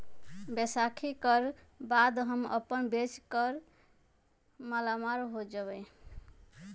बैसाखी कर बाद हम अपन बेच कर मालामाल हो जयबई